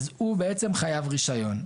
אז הוא חייב רישיון.